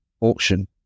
auction